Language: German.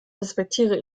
respektiere